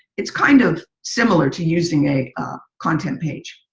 it's kind of similar to using a content page.